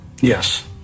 Yes